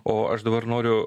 o aš dabar noriu